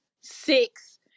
six